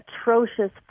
atrocious